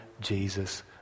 Jesus